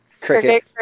cricket